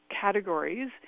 categories